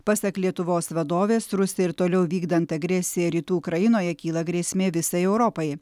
pasak lietuvos vadovės rusijai ir toliau vykdant agresiją rytų ukrainoje kyla grėsmė visai europai